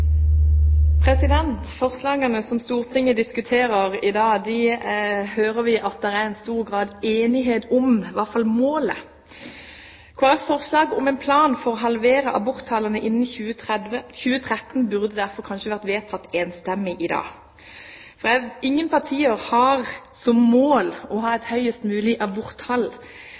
Forslagene som Stortinget diskuterer i dag, hører vi at det er stor grad av enighet om – iallfall målet. Kristelig Folkepartis forslag om «en plan for å halvere aborttallene innen 2013» burde derfor kanskje vært vedtatt enstemmig i dag. Ingen partier har som mål å ha et høyest mulig aborttall.